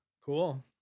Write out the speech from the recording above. Cool